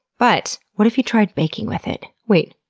but, what if he tried baking with it? wait,